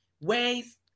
ways